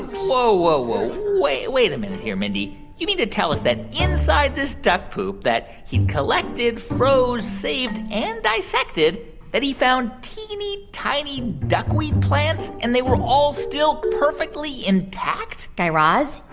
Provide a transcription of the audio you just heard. whoa, whoa, whoa. wait wait a minute here, mindy. you mean to tell us that inside this duck poop that he collected, froze, saved and dissected that he found teeny, tiny duckweed plants, and they were all still perfectly intact? guy raz,